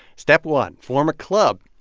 step one form a club.